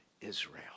Israel